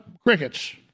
crickets